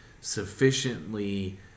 sufficiently